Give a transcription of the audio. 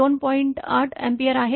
8 ampere आहे